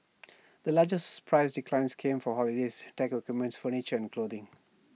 the largest price declines came for holidays tech equipment furniture and clothing